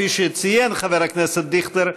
כפי שציין חבר הכנסת דיכטר,